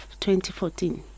2014